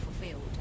fulfilled